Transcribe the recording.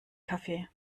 kaffee